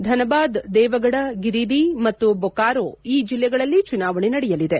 ಧನಬಾದ್ ದೇವಗಢ ಗಿರಿದಿ ಮತ್ತು ಬೊಕಾರೊ ಈ ಜಿಲ್ಲೆಗಳಲ್ಲಿ ಚುನಾವಣೆ ನಡೆಯಲಿದೆ